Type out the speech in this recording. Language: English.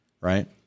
Right